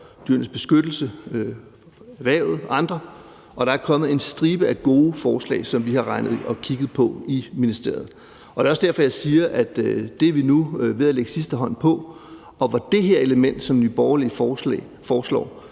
Dyrenes Beskyttelse, erhvervet og andre, og der er kommet en stribe gode forslag, som vi har regnet på og kigget på i ministeriet. Det er også derfor, jeg siger, at det er vi nu ved at lægge sidste hånd på, for det her element, som Nye Borgerlige foreslår,